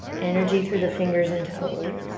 energy through the fingers and toes.